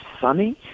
sunny